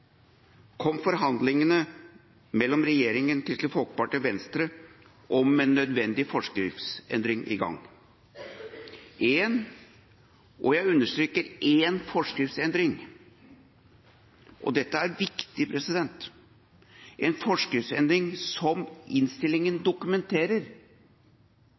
kom forhandlingene mellom regjeringa og Kristelig Folkeparti og Venstre om en nødvendig forskriftsendring i gang. Jeg understreker én forskriftsendring – og dette er viktig – en forskriftsendring som innstillinga dokumenterer